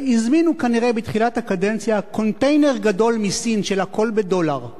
הזמינו כנראה בתחילת הקדנציה קונטיינר גדול מסין של "הכול בדולר".